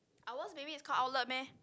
owls baby is called owlet meh